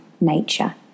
nature